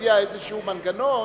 מציע איזשהו מנגנון